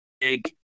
big